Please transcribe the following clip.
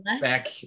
back